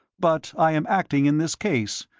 but i am acting in this case.